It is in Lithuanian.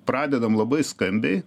pradedam labai skambiai